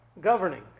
governing